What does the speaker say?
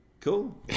Cool